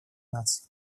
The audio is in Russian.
наций